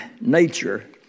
nature